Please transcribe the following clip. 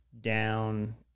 down